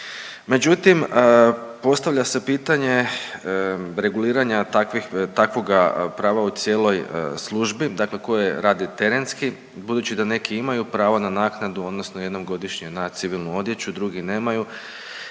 Međutim, postavlja se pitanje reguliranja takvih, takvoga prava u cijeloj službi, dakle koji rade terenski, budući da neki imaju pravo na naknadu odnosno jednom godišnje na civilnu odjeću, drugi nemaju,